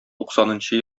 туксанынчы